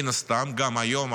מן הסתם גם היום,